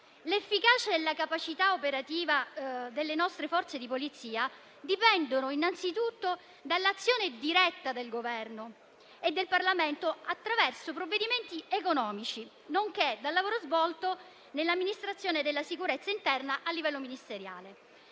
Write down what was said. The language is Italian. L'efficacia e la capacità operativa delle nostre Forze di polizia dipendono innanzitutto dall'azione diretta del Governo e del Parlamento attraverso provvedimenti economici, nonché dal lavoro svolto nell'amministrazione della sicurezza interna a livello ministeriale.